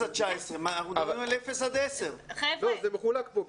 אנחנו מדברים על 0 עד 10. לא, זה מחולק פה.